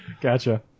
Gotcha